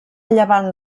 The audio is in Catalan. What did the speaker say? llevant